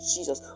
Jesus